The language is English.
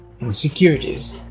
insecurities